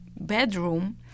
bedroom